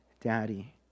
Daddy